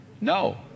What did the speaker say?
No